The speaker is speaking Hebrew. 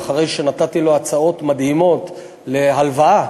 ואחרי שנתתי לו הצעות מדהימות להלוואה